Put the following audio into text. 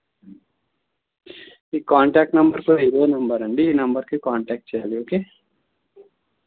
ఈ contact number కూడా ఇదే నెంబరండి ఈ నెంబర్కి కాంటాక్ట్ చేయాలి ఓకే